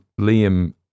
Liam